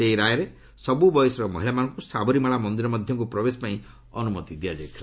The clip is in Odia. ସେହି ରାୟରେ ସବୁ ବୟସର ମହିଳାମାନଙ୍କୁ ସାବରିମାଳା ମନ୍ଦିର ମଧ୍ୟକୁ ପ୍ରବେଶ ପାଇଁ ଅନୁମତି ଦିଆଯାଇଥିଲା